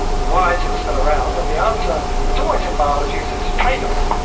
why is it still around? and the answer, as always in biology, is it's a trade-off.